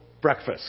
breakfast